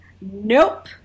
Nope